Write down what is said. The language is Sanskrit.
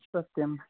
सत्यं